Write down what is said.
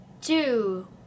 two